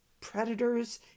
predators